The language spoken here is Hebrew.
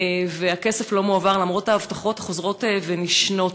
והכסף לא מועבר, למרות ההבטחות החוזרות ונשנות.